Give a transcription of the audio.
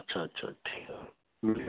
अच्छा अच्छा ठीकु आहे